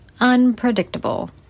unpredictable